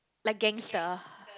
like gangster